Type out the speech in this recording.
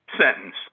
sentence